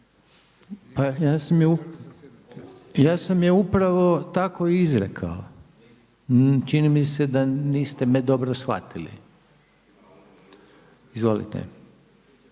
Ja sam je upravo tako i izrekao. Čini mi se da niste me dobro shvatili. Izvolite.